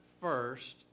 first